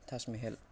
Taj Mahal